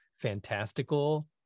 fantastical